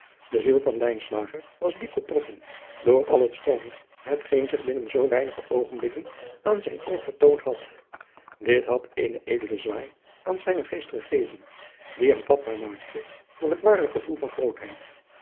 de ziel van lijnslager was diep getroffen door al het schoone hetgeen zich binnen zoo weinige oogenblikken aan zijn oog vertoond had dit had eenen edelen zwaai aan zijnen geest gegeven die hem vatbaar maakte voor het ware gevoel van grootheid